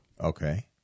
Okay